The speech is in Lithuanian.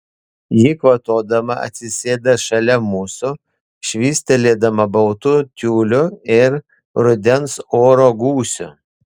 ji kvatodama atsisėda šalia mūsų švystelėdama baltu tiuliu ir rudens oro gūsiu